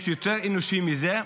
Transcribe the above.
יש יותר אנושי מזה?